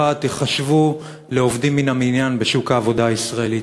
תיחשבו לעובדים מן המניין בשוק העבודה הישראלי.